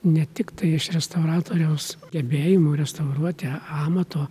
ne tiktai iš restauratoriaus gebėjimų restauruoti amato